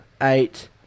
Eight